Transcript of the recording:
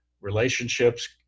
relationships